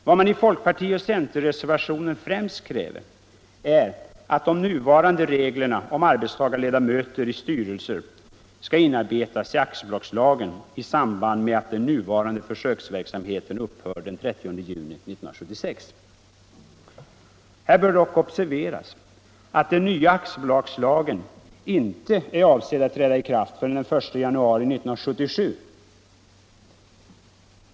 Vad man i folkpartioch centerpartireservationen främst kräver är att de nuvarande reglerna om arbetstagarledamöter i styrelser skall inarbetas i aktiebolagslagen i samband med att den nuvarande försöksverksamheten upphör den 30 juni 1976. Här bör dock observeras att den nya aktiebolagslagen inte är avsedd att träda i kraft förrän den 1 januari 1977.